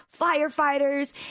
firefighters